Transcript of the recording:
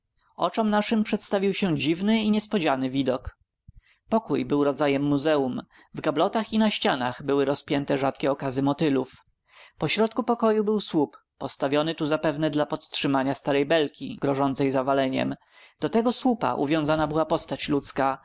oczom naszym przedstawił się dziwny i niespodziany widok pokój był rodzajem muzeum w gablotach i na ścianach były rozpięte rzadkie okazy motylów pośrodku pokoju był słup postawiony tu zapewne dla podtrzymania starej belki grożącej zawaleniem do tego słupa uwiązana była postać ludzka